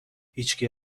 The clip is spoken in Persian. هیچکی